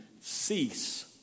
cease